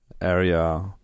area